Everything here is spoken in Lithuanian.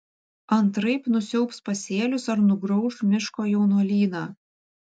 antraip nusiaubs pasėlius ar nugrauš miško jaunuolyną